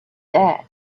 dead